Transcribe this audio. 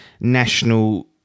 national